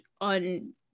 on